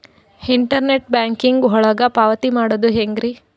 Internet banking ಒಳಗ ಪಾವತಿ ಮಾಡೋದು ಹೆಂಗ್ರಿ?